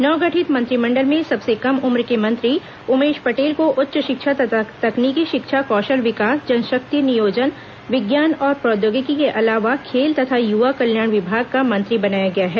नवगठित मंत्रिमंडल में सबसे कम उम्र के मंत्री उमेश पटेल को उच्च शिक्षा तथा तकनीकी शिक्षा कौशल विकास जनशक्ति नियोजन विज्ञान और प्रौद्योगिकी के अलावा खेल तथा युवा कल्याण विभाग का मंत्री बनाया गया है